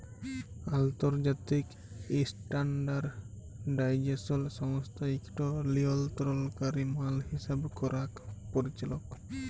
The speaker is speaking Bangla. আলতর্জাতিক ইসট্যানডারডাইজেসল সংস্থা ইকট লিয়লতরলকারি মাল হিসাব ক্যরার পরিচালক